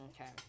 okay